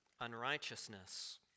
unrighteousness